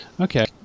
okay